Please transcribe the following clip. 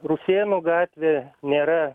rusėnų gatvė nėra